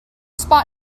spot